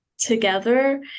together